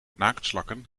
naaktslakken